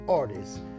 artists